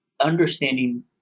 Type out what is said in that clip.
Understanding